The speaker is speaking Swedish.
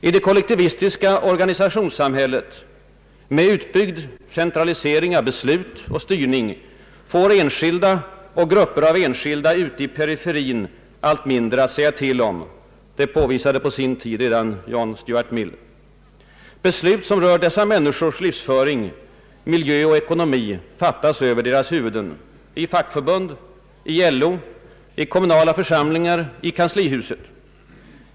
I det kollektivistiska organisationssamhället, med utbyggd centralisering av beslut och styrning, får enskilda och grupper av enskilda ute i periferin allt mindre att säga till om — det påvisade på sin tid redan John Stuart Mill. Beslut som rör dessa människors livsföring, miljö och ekonomi fattas över deras huvuden i fackförbund, i LO, i kommunala församlingar, i kanslihuset.